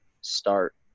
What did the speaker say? start